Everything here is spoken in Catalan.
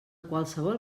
qualsevol